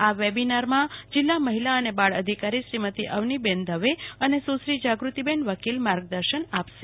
આ વેબિનારમાં જિલ્લા મહિલા અને બાળ અધિકારી શ્રીમતી અવનીબેન દવે અને સુ શ્રી જાગૃ તીબેન વકીલમાર્ગદર્શન આપશે